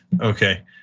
Okay